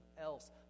else